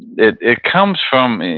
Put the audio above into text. it it comes from,